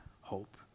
hope